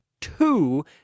two